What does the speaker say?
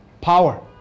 Power